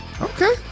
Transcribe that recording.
Okay